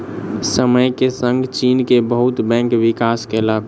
समय के संग चीन के बहुत बैंक विकास केलक